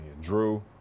Drew